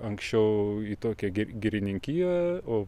anksčiau į tokią girininkiją o